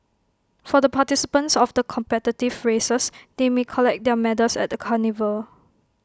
for the participants of the competitive races they may collect their medals at the carnival